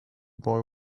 boy